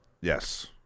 Yes